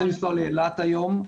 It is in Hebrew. -- כשאתה רוצה לנסוע לאילת היום,